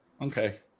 Okay